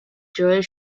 joel